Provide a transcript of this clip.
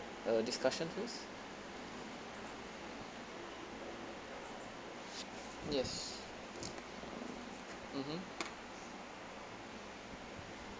uh discussion first yes mmhmm